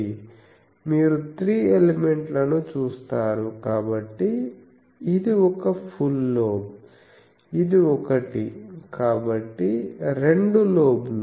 మీరు త్రి ఎలిమెంట్లను చూస్తారు కాబట్టి ఇది ఒక ఫుల్ లోబ్ ఇది ఒకటి కాబట్టి రెండు లోబ్లు